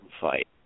fight